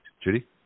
Judy